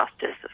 justice